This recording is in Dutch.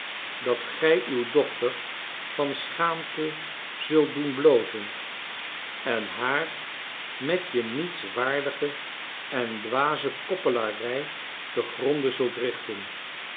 dat gij uw dochter van schaamte zult doen blozen en haar met je nietswaardige en dwaze koppelarij te gronde zult richten